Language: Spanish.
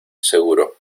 seguro